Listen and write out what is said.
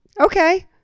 Okay